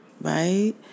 right